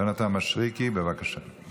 יונתן מישרקי, בבקשה.